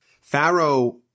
Pharaoh